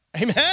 Amen